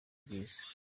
bwiza